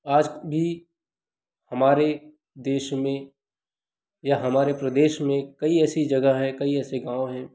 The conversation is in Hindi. आज भी हमारे देश में या हमारे प्रदेश में कई ऐसी जगह हैं कई ऐसे गाँव हैं